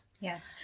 yes